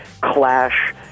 clash